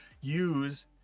use